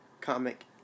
comic